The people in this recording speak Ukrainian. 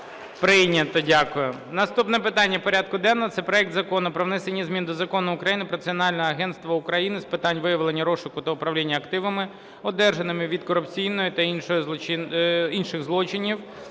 про прийняття за основу проекту Закону про внесення змін до Закону України "Про Національне агентство України з питань виявлення, розшуку та управління активами, одержаними від корупційних та інших злочинів"